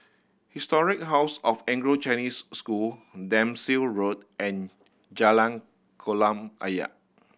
Historic House of Anglo Chinese School Dempsey Road and Jalan Kolam Ayer